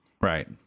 Right